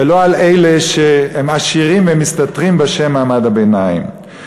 ולא על אלה שהם עשירים והם מסתתרים בשם "מעמד הביניים".